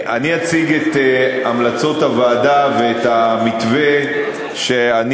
את המלצות הוועדה ואת המתווה שאני